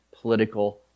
political